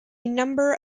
number